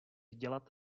dělat